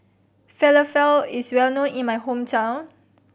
falafel is well known in my hometown